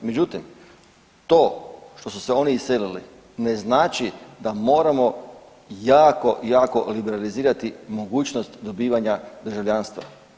Međutim, to što su se oni iselili ne znači da moramo jako, jako liberalizirati mogućnost dobivanja državljanstva.